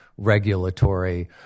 regulatory